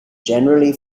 generally